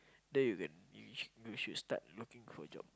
there you can you should start looking for job